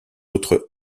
autres